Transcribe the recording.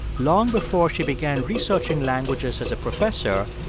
long before she began researching languages as a professor,